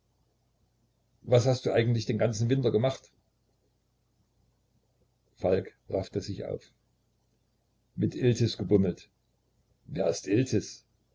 was hast du eigentlich den ganzen winter gemacht falk raffte sich auf mit iltis gebummelt wer ist